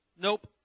Nope